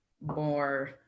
more